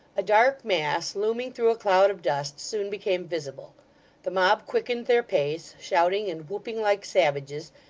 a dark mass, looming through a cloud of dust, soon became visible the mob quickened their pace shouting and whooping like savages,